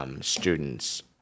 students